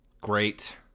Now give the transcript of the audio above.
great